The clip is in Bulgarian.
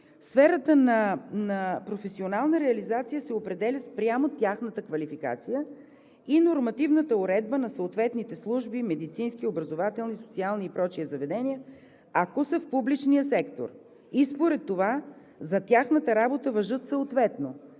Сферата на професионална реализация се определя спрямо тяхната квалификация и нормативната уредба на съответните служби, медицински, образователни, социални и прочие заведения, ако са в публичния сектор, и според това за тяхната работа важат съответно